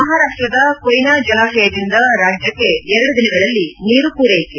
ಮಹಾರಾಪ್ನದ ಕೊಯ್ವಾ ಜಲಾಶಯದಿಂದ ರಾಜ್ಯಕ್ಷೆ ಎರಡು ದಿನಗಳಲ್ಲಿ ನೀರು ಪೂರೈಕೆ